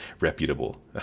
reputable